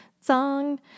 song